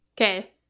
okay